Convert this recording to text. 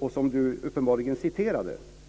Lars Lindblad citerade uppenbarligen ur den.